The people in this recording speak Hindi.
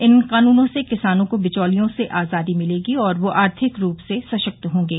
इन कानूनों से किसानों को बिचौलियों से आजादी मिलेगी और वह आर्थिक रूप से सशक्त होंगे